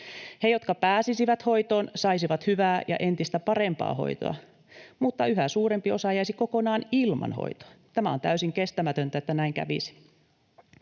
He, jotka pääsisivät hoitoon, saisivat hyvää ja entistä parempaa hoitoa, mutta yhä suurempi osa jäisi kokonaan ilman hoitoa. Tämä olisi täysin kestämätöntä, että näin kävisi.